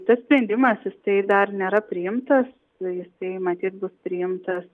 tas sprendimas jisai dar nėra priimtas nu jisai matyt bus priimtas